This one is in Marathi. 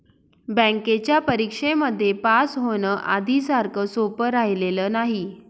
बँकेच्या परीक्षेमध्ये पास होण, आधी सारखं सोपं राहिलेलं नाही